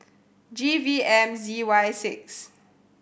G V M Z Y six